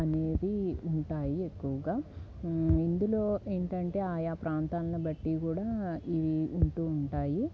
అనేది ఉంటాయి ఎక్కువగా ఇందులో ఏంటంటే ఆయా ప్రాంతాలను బట్టి కూడా ఇవి ఉంటూ ఉంటాయి